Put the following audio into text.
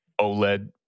OLED